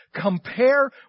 Compare